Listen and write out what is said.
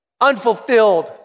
unfulfilled